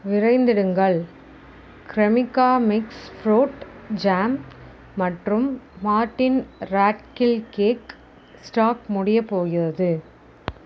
விரைந்திடுங்கள் Cremica mix fruit jam மற்றும் Mortein rat kill cake stock முடியப் போகிறது